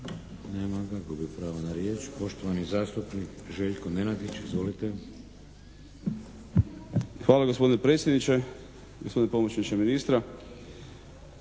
Nema ga. Gubi pravo na riječ. Poštovani zastupnik Željko Nenadić. Izvolite. **Nenadić, Željko (HDZ)** Hvala gospodine predsjedniče, gospodine pomoćniče ministra.